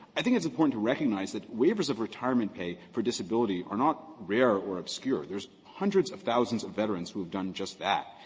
i think it's important to recognize that waivers of retirement pay for disability are not rare or obscure. there's hundreds of thousands of veterans who have done just that.